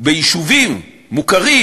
ביישובים מוכרים,